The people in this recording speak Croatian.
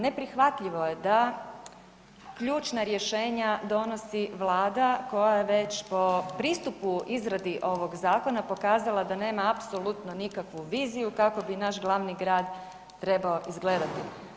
Neprihvatljivo je da ključna rješenja donosi Vlada koja već po pristupu izradi ovog zakona pokazala da nema apsolutno nikakvu viziju kako bi naš glavni grad trebao izgledati.